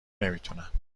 نمیتونم